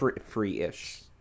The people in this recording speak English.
free-ish